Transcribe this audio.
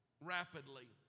rapidly